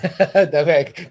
Okay